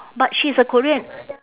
but she's a korean